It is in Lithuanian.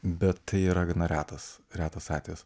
bet tai yra gana retas retas atvejis